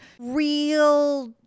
real